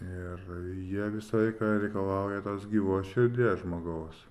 ir jie visą laiką reikalauja tos gyvos širdies žmogaus